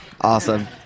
awesome